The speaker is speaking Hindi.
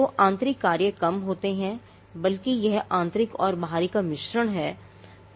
तो आंतरिक कार्य कम होते हैंबल्कि यह आंतरिक और बाहरी का मिश्रण है